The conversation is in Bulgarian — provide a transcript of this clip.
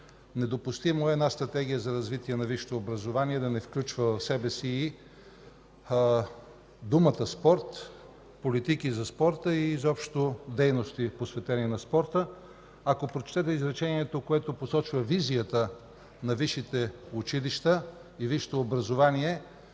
Недопустимо е Стратегия за развитие на висшето образование да не включва в себе си думата „спорт”, политики за спорта и изобщо дейности, посветени на спорта. Ако прочетете изречението, което посочва визията на висшите училища и висшето образование,